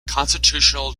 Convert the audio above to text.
constitutional